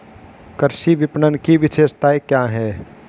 कृषि विपणन की विशेषताएं क्या हैं?